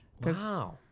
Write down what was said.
Wow